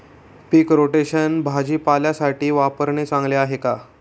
पीक rotation भाजीपाल्यासाठी वापरणे चांगले आहे का?